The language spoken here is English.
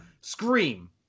scream